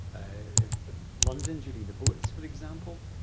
ah ah london during the blitz, for example,